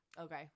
Okay